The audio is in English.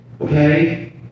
Okay